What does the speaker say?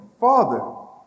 Father